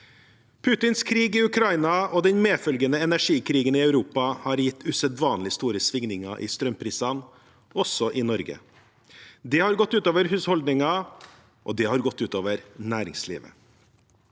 Putins krig i Ukraina og den medfølgende energikrisen i Europa har gitt usedvanlig store svingninger i strømprisene, også i Norge. Det har gått ut over husholdninger, og det har gått ut over næringslivet.